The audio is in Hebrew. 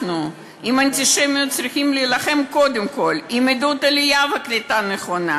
אנחנו באנטישמיות צריכים להילחם קודם כול עם עידוד עלייה וקליטה נכונה.